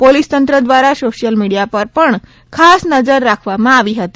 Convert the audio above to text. પોલીસતંત્ર દ્વારા social media પર પણ ખાસ નજર રાખવામા આવી હતી